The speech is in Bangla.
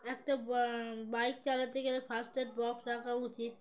একটা বাইক চালাতে গেলে ফার্স্ট এড বক্স রাখা উচিত